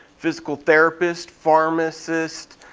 physical therapist, pharmacist.